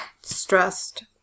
stressed